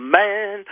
man